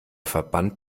verband